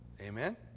amen